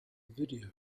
video